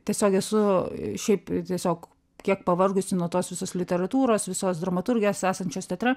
tiesiog esu šiaip tiesiog kiek pavargusi nuo tos visos literatūros visos dramaturgijos esančios teatre